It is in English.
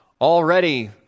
Already